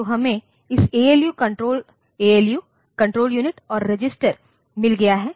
तो हमे इस ऐएलयू कण्ट्रोल यूनिट और रजिस्टर मिल गया है